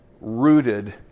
rooted